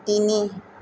তিনি